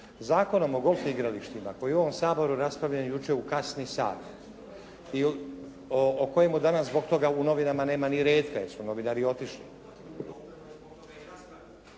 Zakonom o golf igralištima koji je u ovom Saboru raspravljen jučer u kasni sat i o kojemu danas zbog toga u novinama nema ni retka jer su novinari otišli.